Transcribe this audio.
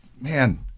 Man